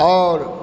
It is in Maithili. आओर